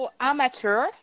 amateur